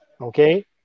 okay